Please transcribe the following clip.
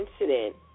incident